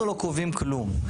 אנחנו לא קובעים כלום,